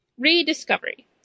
Rediscovery